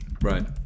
Right